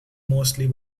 mostly